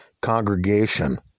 congregation